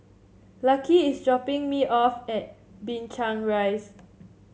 Lucky is dropping me off at Binchang Rise